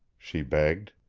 she begged.